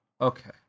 Okay